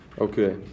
okay